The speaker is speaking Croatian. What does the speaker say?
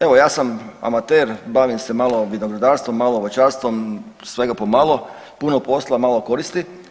Evo ja sam amater, bavim se malo vinogradarstvom, malo voćarstvom, svega po malo, puno posla, a malo koristi.